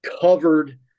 covered